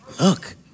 look